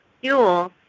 fuel